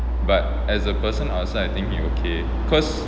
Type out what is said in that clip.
but as a person outside I think he okay cause